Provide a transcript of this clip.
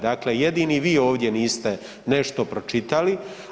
Dakle, jedini vi ovdje niste nešto pročitali.